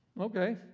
okay